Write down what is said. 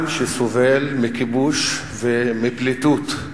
עם שסובל מכיבוש ומפליטות,